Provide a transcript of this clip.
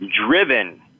driven